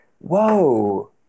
whoa